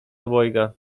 obojga